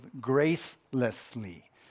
gracelessly